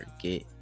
forget